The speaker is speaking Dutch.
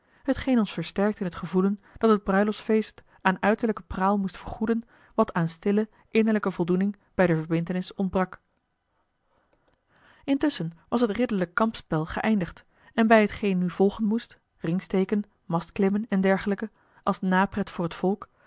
hetgeen ons versterkt in t gevoelen dat het bruiloftsfeest aan uiterlijke praal moest vergoeden wat een stille innerlijke voldoening bij de verbintenis ontbrak intusschen was het ridderlijk kampspel geëindigd en bij hetgeen nu volgen moest ringsteken mastklimmen en dergelijke als napret voor het volk